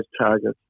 targets